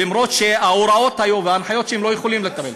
למרות שההוראות וההנחיות היו שהם לא יכולים לקבל.